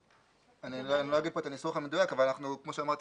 אני לא אביא פה את הניסוח המדויק אבל כמו שאמרתי,